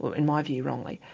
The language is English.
and my view, wrongly.